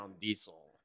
diesel